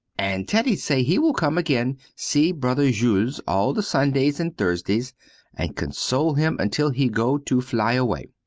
and teddy say he will come again see brother jules all the sundays and thursdays and console him until he go to fly away.